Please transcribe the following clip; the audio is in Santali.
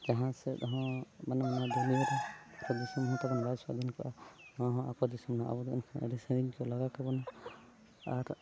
ᱡᱟᱦᱟᱸ ᱥᱮᱫ ᱦᱚᱸ ᱢᱟᱱᱮ ᱱᱚᱣᱟ ᱫᱩᱱᱤᱭᱟᱹ ᱨᱮ ᱵᱷᱟᱨᱚᱛ ᱫᱤᱥᱚᱢ ᱦᱚᱸ ᱛᱟᱵᱚᱱ ᱵᱟᱭ ᱥᱟᱹᱫᱷᱤᱱ ᱠᱚᱜᱼᱟ ᱱᱚᱣᱟ ᱦᱚᱸ ᱟᱵᱚ ᱫᱤᱥᱚᱢ ᱟᱵᱚ ᱫᱚ ᱮᱱᱠᱷᱟᱱ ᱟᱹᱰᱤ ᱥᱟᱺᱜᱤᱧ ᱠᱚ ᱞᱟᱜᱟ ᱠᱮᱵᱚᱱᱟ ᱟᱨ